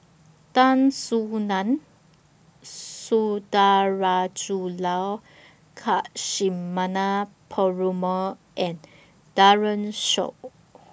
Tan Soo NAN Sundarajulu Lakshmana Perumal and Daren Shiau